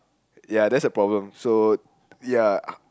ya that's the problem so